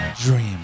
dream